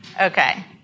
Okay